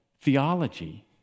theology